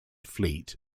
fleet